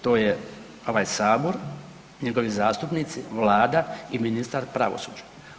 To je ovaj sabor, njegovi zastupnici, Vlada i ministar pravosuđa.